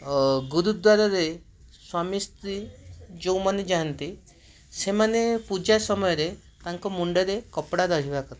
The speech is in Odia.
ଓ ଗୁରୁଦ୍ୱାରରେ ସ୍ବାମୀ ସ୍ତ୍ରୀ ଯେଉଁମାନେ ଯାଆନ୍ତି ସେମାନେ ପୂଜା ସମୟରେ ତାଙ୍କ ମୁଣ୍ଡରେ କପଡ଼ା ରହିବାକଥା